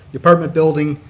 the apartment building,